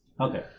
okay